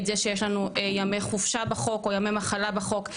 את זה שיש לנו ימי חופשה או ימי מחלה בחוק,